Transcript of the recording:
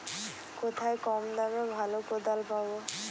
কোথায় কম দামে ভালো কোদাল পাব?